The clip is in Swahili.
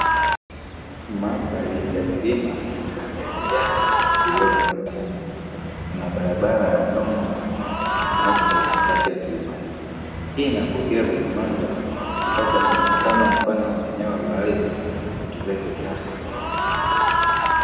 Mandhari ya milima yenye rangi ya kijani, iliyofunikwa na miti, kuna barabara ya udongo mweusi unaopita katikati ya milima hii, hii inaangukia kwenye mandhari ambapo ina muonekano mpana wa eneo la ardhi na vitu vyake vya asili.